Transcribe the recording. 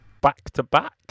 Back-to-back